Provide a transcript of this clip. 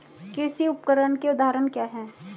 कृषि उपकरण के उदाहरण क्या हैं?